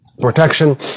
Protection